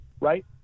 Right